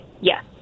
Yes